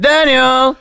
Daniel